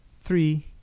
three